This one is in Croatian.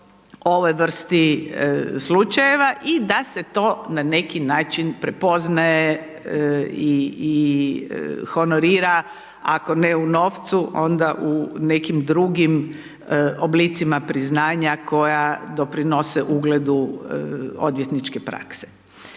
ovoj vrsti slučajeva i da se to na neki način prepoznaje i honorira ako ne u novcu onda u nekim drugim oblicima priznanja koja doprinose ugledu odvjetničke prakse.